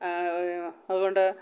അതുകൊണ്ട്